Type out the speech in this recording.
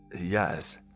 Yes